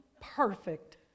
perfect